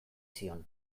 zion